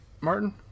martin